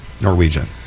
norwegian